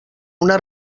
una